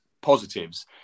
positives